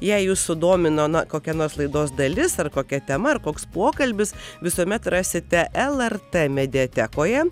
jei jus sudomino na kokia nors laidos dalis ar kokia tema ar koks pokalbis visuomet rasite lrt mediatekoje